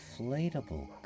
inflatable